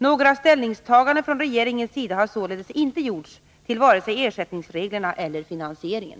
Några ställningstaganden från regeringens sida har således inte gjorts till vare sig ersättningsreglerna eller finansieringen.